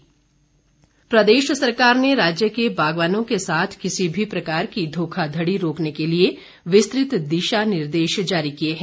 निर्देश प्रदेश सरकार ने राज्य के बागवानों के साथ किसी भी प्रकार की धोखाधड़ी रोकने के लिए विस्तृत दिशा निर्देश जारी किए हैं